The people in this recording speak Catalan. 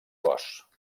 cos